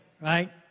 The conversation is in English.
right